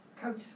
Coach